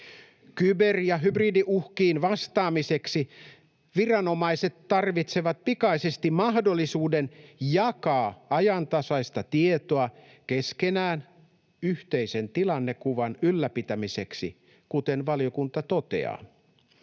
Kyber- ja hybridiuhkiin vastaamiseksi viranomaiset tarvitsevat pikaisesti mahdollisuuden jakaa ajantasaista tietoa keskenään yhteisen tilannekuvan ylläpitämiseksi, kuten valiokunta toteaa.